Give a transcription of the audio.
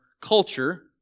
culture